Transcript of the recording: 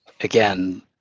again